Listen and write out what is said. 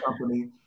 company